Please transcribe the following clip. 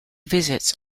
visits